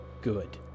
Good